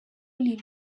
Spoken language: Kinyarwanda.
lil